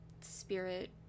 spirit